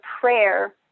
prayer